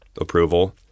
approval